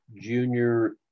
junior